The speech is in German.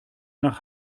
nach